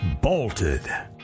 bolted